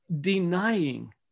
denying